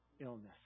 illness